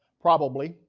probably.